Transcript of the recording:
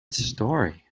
story